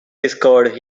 discovered